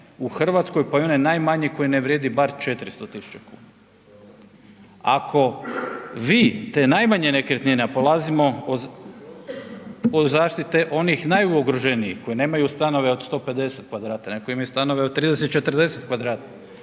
u Hrvatskoj pa i one najmanje koja ne vrijedi bar 400 tisuća kuna. Ako vi te najmanje nekretnine, a polazimo od zaštite onih najugroženijih koji nemaju stanove od 150 kvadrata, nego koji imaju stanove od 30, 40 kvadrata